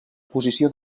posició